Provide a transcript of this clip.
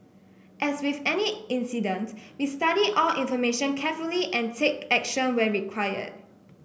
as with any incident we study all information carefully and take action where required